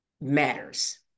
matters